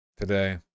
today